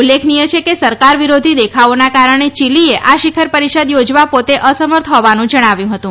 ઉલ્લેખનિય છે કે સરકાર વિરોધી દેખાવોના કારણે ચિલિએ આ શિખર પરિષદ યોજવા પોતે અસમર્થ હોવાનું જણાવ્યું હતું